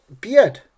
Beard